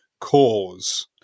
cause